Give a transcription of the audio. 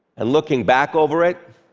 and looking back over it,